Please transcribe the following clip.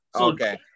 Okay